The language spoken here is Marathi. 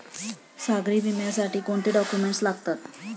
सागरी विम्यासाठी कोणते डॉक्युमेंट्स लागतात?